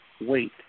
wait